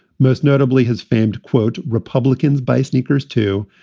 most notably his famed quote, republicans buy sneakers, too,